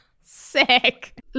Sick